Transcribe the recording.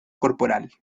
corporal